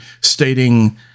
stating